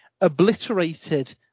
obliterated